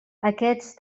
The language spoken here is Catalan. aquests